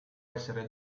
essere